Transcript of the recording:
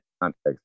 context